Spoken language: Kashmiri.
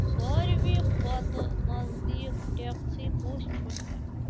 ساروی کھۄتہٕ نزدیٖک ٹٮ۪کسی کُس چھُ مےٚ